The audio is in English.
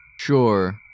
Sure